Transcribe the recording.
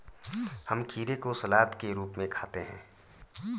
हम खीरे को सलाद के रूप में खाते हैं